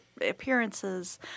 appearances